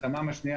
התמ"מ השנייה,